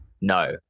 No